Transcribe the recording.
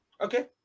okay